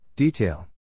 Detail